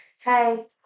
hey